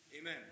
Amen